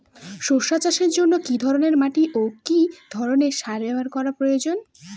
শশা চাষের জন্য কি ধরণের মাটি ও কি ধরণের সার ব্যাবহার করা প্রয়োজন?